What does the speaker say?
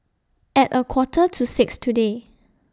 At A Quarter to six today